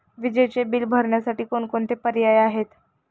विजेचे बिल भरण्यासाठी कोणकोणते पर्याय आहेत?